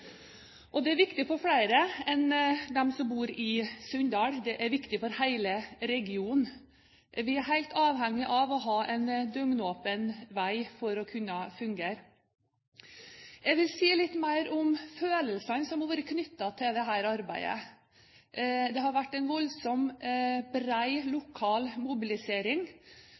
prosjektet. Det er viktig for flere enn dem som bor i Sunndal. Det er viktig for hele regionen. Vi er helt avhengig av å ha en døgnåpen vei for å kunne fungere. Jeg vil si litt mer om følelsene som har vært knyttet til dette arbeidet. Det har vært en voldsom bred lokal mobilisering